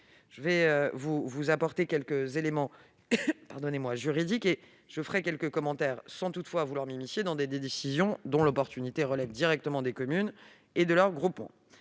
Je vais vous apporter quelques éléments juridiques et ferai quelques commentaires, sans toutefois vouloir m'immiscer dans des décisions dont l'opportunité relève directement de l'appréciation des communes et de leurs groupements.